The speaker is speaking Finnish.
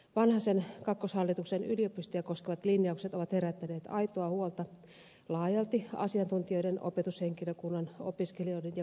vanhasen kakkoshallituksen yliopistoja koskevat linjaukset ovat herättäneet aitoa huolta laajalti asiantuntijoiden opetushenkilökunnan opiskelijoiden ja kansalaisten keskuudessa